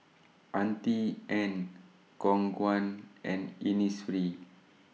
Auntie Anne's Khong Guan and Innisfree